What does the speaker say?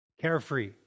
carefree